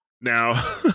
Now